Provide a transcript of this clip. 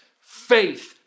Faith